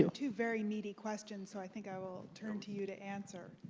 two two very meaty questions, so i think i will turn to you to answer.